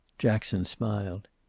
jackson smiled.